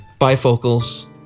Bifocals